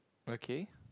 okay